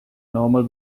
normal